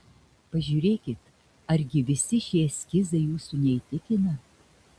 pažiūrėkit argi visi šie eskizai jūsų neįtikina